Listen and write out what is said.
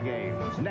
Games